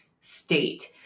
state